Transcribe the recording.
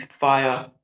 via